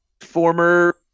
former